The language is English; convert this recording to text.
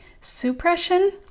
suppression